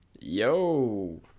Yo